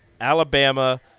Alabama